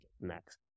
next